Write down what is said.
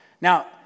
Now